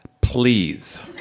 please